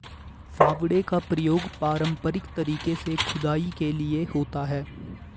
फावड़े का प्रयोग पारंपरिक तरीके से खुदाई के लिए होता है